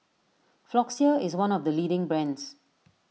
Floxia is one of the leading brands